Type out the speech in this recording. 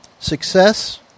Success